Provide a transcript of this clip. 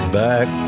back